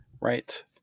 Right